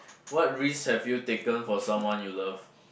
what risk have you taken for someone you love